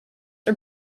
are